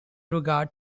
regard